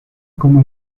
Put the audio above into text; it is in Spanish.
como